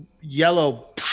yellow